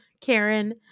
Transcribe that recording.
Karen